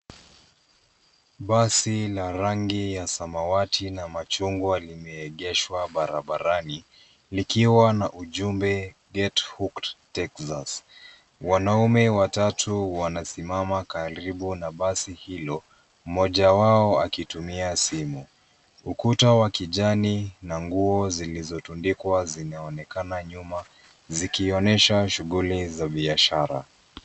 Basi la rangi ya samwati na machungwa limeegeshwa barabarani likiwa na ujumbe get hooked Texas. Wanaume watatu wanasimama karibu na basi hilo, mmoja wao akitumia simu. Ukuta wa kijani na nguo zilizotundikwa zinaonekana nyuma, zikionyesha shughuli za biashara.